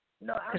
No